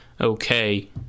okay